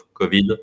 COVID